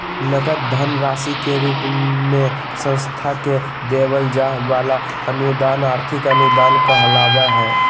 नगद धन राशि के रूप मे संस्था के देवल जाय वला अनुदान आर्थिक अनुदान कहलावय हय